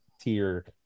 tier